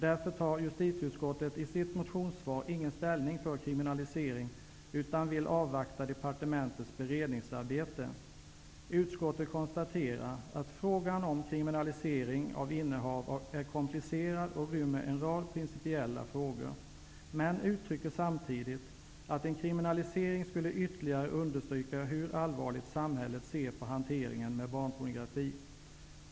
Därför tar justitieutskottet i sitt motionssvar inte ställning för kriminalisering utan vill avvakta departementets beredningsarbete. Utskottet konstaterar ''att frågan om kriminalisering av innehav är komplicerad och rymmer en rad principiella frågor'', men framhåller samtidigt: ''En kriminalisering skulle dock ytterligare understryka hur allvarligt samhället ser på hanteringen med barnpornografi.''